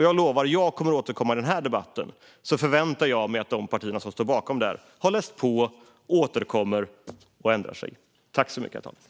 Jag lovar att jag kommer att återkomma i den här debatten. Jag förväntar mig att de partier som står bakom förslaget då har läst på, återkommer och ändrar sig. En förstärkt spelreglering